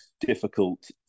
difficult